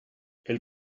elle